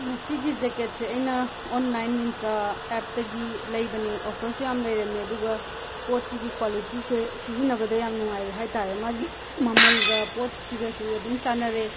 ꯃꯁꯤꯒꯤ ꯖꯦꯀꯦꯠꯁꯦ ꯑꯩꯅ ꯑꯣꯟꯂꯥꯏꯟ ꯃꯤꯟꯇ꯭ꯔ ꯑꯦꯞꯇꯒꯤ ꯂꯩꯕꯅꯦ ꯑꯣꯐꯔꯁꯨ ꯌꯥꯝꯅ ꯂꯩꯔꯝꯃꯦ ꯑꯗꯨꯒ ꯄꯣꯠꯁꯤꯒꯤ ꯀ꯭ꯋꯥꯂꯤꯇꯤꯁꯦ ꯁꯤꯖꯤꯟꯅꯕꯗ ꯌꯥꯝ ꯅꯨꯡꯉꯥꯏꯕ ꯍꯥꯏ ꯇꯥꯔꯦ ꯃꯥꯒꯤ ꯃꯃꯜꯒ ꯄꯣꯠꯁꯤꯒꯁꯨ ꯑꯗꯨꯝ ꯆꯥꯟꯅꯔꯦ